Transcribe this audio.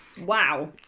wow